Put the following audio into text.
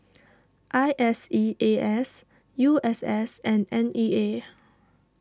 I S E A S U S S and N E A